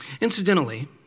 Incidentally